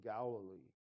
Galilee